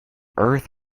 earth